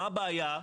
מה הבעיה?